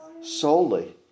solely